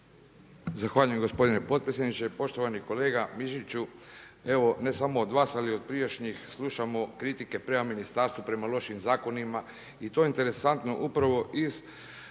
Zahvaljujem gospodine potpredsjedniče. Poštovani kolega Mišiću, evo ne samo od vas, ali i od prijašnjih slušamo kritike prema Ministarstvu, prema lošim zakonima i to je interesantno, upravo iz